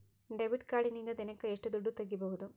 Debit ಕಾರ್ಡಿನಿಂದ ದಿನಕ್ಕ ಎಷ್ಟು ದುಡ್ಡು ತಗಿಬಹುದು?